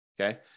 Okay